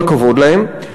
כל הכבוד להם.